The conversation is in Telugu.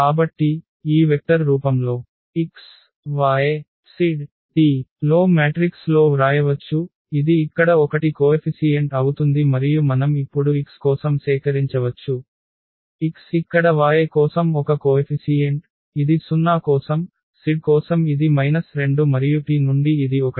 కాబట్టి ఈ వెక్టర్ రూపంలో x y z t లో మ్యాట్రిక్స్ లో వ్రాయవచ్చు ఇది ఇక్కడ 1 కోఎఫిసీయెంట్ అవుతుంది మరియు మనం ఇప్పుడు x కోసం సేకరించవచ్చు x ఇక్కడ y కోసం ఒక కోఎఫిసీయెంట్ ఇది 0 కోసం z కోసం ఇది 2 మరియు టి నుండి ఇది 1